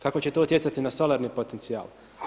Kako će to utjecati na solarni potencijal?